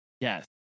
Yes